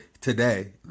today